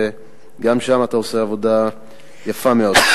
וגם שם אתה עושה עבודה יפה מאוד.